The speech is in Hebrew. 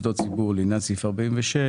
את רשימת מוסדות ציבור לעניין סעיף 46,